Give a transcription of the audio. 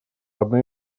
одна